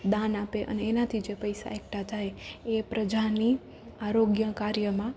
દાન આપે અને એનાથી જે પૈસા એકઠાં થાય એ પ્રજાની આરોગ્ય કાર્યમાં